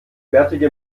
bärtige